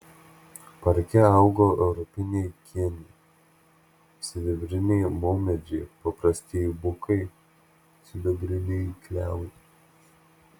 parke augo europiniai kėniai sibiriniai maumedžiai paprastieji bukai sidabriniai klevai